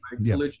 Yes